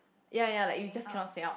ya ya you just cannot say out